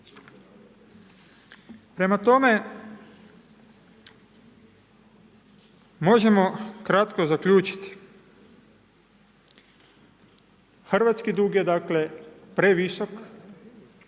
Prema tome, možemo kratko zaključiti, hrvatski dug je dakle previsok,